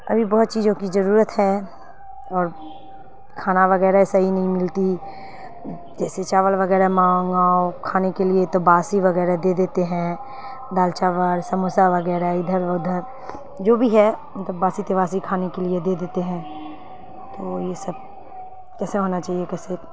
ابھی بہت چیزوں کی ضرورت ہے اور کھانا وغیرہ صحیح نہیں ملتی جیسے چاول وغیرہ منگاؤ کھانے کے لیے تو باسی وغیرہ دے دیتے ہیں دال چاول سموسا وغیرہ ادھر ادھر جو بھی ہے مطلب باسی تباسی کھانے کے لیے دے دیتے ہیں تو یہ سب کیسے ہونا چاہیے کیسے